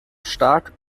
stark